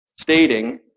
stating